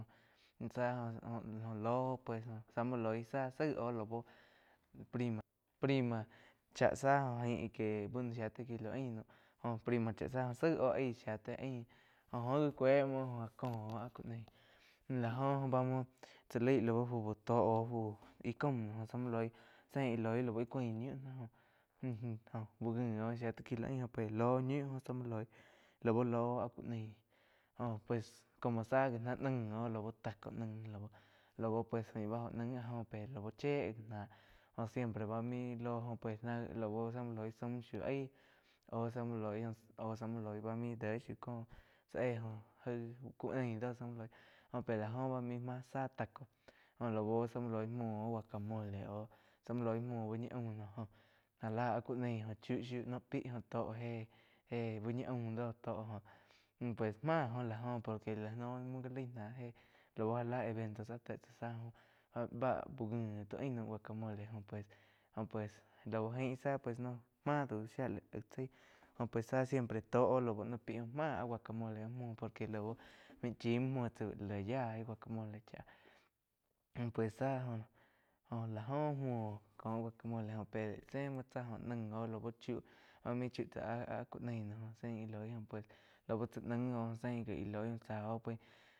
Zá jo-jo ló oh pues zá mui loi zá zaig óh lau prima-prima chá záh ain que ba nu shía gé la ain nuam jó prima chá záh zaí oh aí jo óh gi kéu mouo já cóh áh ku naí lá joh bá muo tsá laig lau fu bu to aú íh caúm záh múo loih zein íh loi lau íh cúain ñíu jai-jain úh ngi oh shía tai kilo ain uh pe ló ñiu zá muo loi láu lóh óh áh ku naí jo. Pues laú zá gi náh naig oh taco naig lau pues faím báh óh naih áh joh lau chíe gi náh siempre bá mai loh lau zá muo lih zá bá main déh shiu cóh zá éh aig ku neh jo pe la ho maih máh záh jo lau zá muo lig múo oh guacamole aú zá muo loi mú úh ñi aum já lá áh ku naí oh chiu shiu noh pi jo tó héh úh ñi aum doh tó go pues máh óh la go kie la no gá la eventos bá úh ngi ti ain naum guacamole joh pues-pues lau ain záh máh dau shía lá taig chai jo zá siempre tó oh lau no íh máh áh guacamole muo por que maig chim muo múo tsá la yaí guacamole cháh jo pues záh joh la óh muo kó guacamole jó pé zéh muo tsá jo naih oh lau chi áh-áh ku naí no jzein íh loi lau tsá naig oh zeín ji íh loi tsá oh pues.